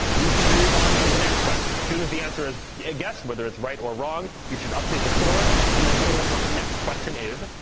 we should move on to the next question. as soon as the answer is yeah guessed, whether it's right or wrong, you should update the score and then show us what the next question is.